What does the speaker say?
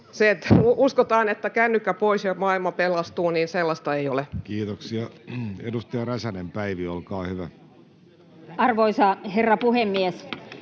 kun uskotaan, että kännykkä pois ja maailma pelastuu, niin sellaista ei ole. Kuunnellaanpas ministerin vastausta nyt. Edustaja Räsänen, Päivi, olkaa hyvä. Arvoisa herra puhemies!